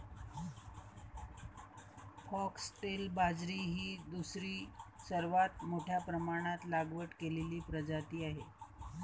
foxtail बाजरी ही दुसरी सर्वात मोठ्या प्रमाणात लागवड केलेली प्रजाती आहे